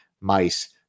mice